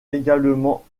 également